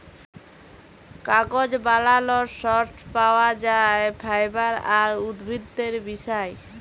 কাগজ বালালর সর্স পাউয়া যায় ফাইবার আর উদ্ভিদের মিশায়